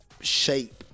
shape